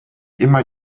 immer